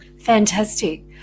fantastic